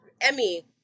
Emmy